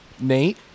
Nate